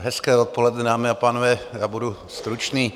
Hezké odpoledne, dámy a pánové, já budu stručný.